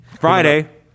Friday